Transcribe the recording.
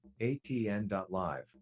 ATN.Live